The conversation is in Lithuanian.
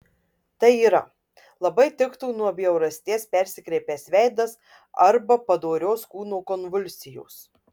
tai yra labai tiktų nuo bjaurasties persikreipęs veidas arba padorios kūno konvulsijos